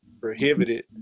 prohibited